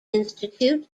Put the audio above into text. institute